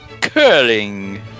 curling